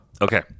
Okay